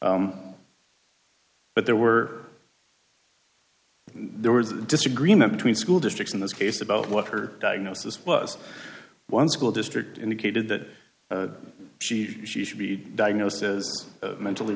but there were there was a disagreement between school districts in this case about what her diagnosis was one school district indicated that she she should be diagnosed as mentally